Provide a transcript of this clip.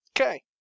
Okay